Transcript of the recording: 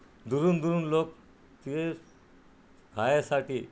दुरुन दुरून लोक तिथे खाण्यासाठी